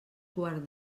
guard